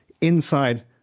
inside